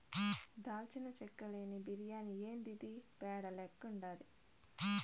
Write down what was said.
దాల్చిన చెక్క లేని బిర్యాని యాందిది పేడ లెక్కుండాది